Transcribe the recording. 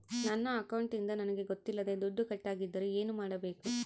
ನನ್ನ ಅಕೌಂಟಿಂದ ನನಗೆ ಗೊತ್ತಿಲ್ಲದೆ ದುಡ್ಡು ಕಟ್ಟಾಗಿದ್ದರೆ ಏನು ಮಾಡಬೇಕು?